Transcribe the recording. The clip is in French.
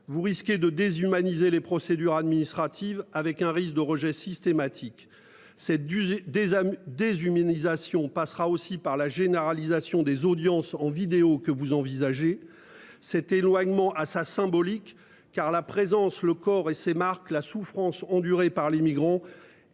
Vous risquez de déshumaniser les procédures administratives avec un risque de rejet systématique. Cette d'user des amis déshumanisation passera aussi par la généralisation des audiences en vidéo que vous envisagez cet éloignement à sa symbolique car la présence le corps et ses marques la souffrances endurées par les migrants